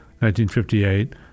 1958